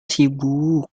sibuk